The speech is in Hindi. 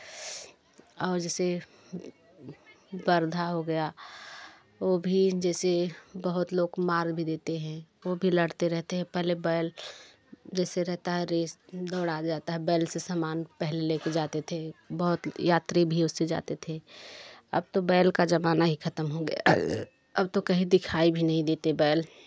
और जैसे बर्धा हो गया वह भी जैसे बहुत लोग मार भी देते हैं वह भी लड़ते रहते हैं पहले बैल जैसे रहता है रेस दौड़ा दिया जाता है बैल से सामान पहले ले कर जाते थे बहुत यात्री भी उससे जाते थे अब तो बैल का ज़माना ही ख़त्म हो गया अब तो कहीं दिखाई भी नहीं देते बैल